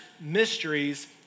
mysteries